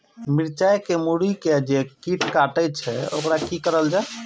मिरचाय के मुरी के जे कीट कटे छे की करल जाय?